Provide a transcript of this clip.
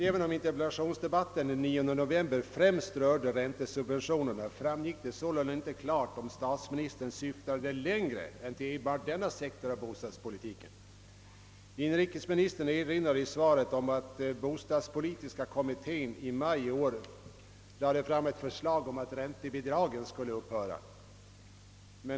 Även om interpellationsdebatten den 9 november främst rörde räntesubventionerna, framgick det sålunda inte klart, om statsministern syftade längre än till enbart denna sektor av bostadspolitiken. Inrikesministern erinrar i svaret om att bostadspolitiska kommittén i maj i år lade fram ett förslag om att ränte bidragen skulle upphöra.